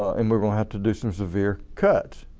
and we are going to have to do some severe cuts.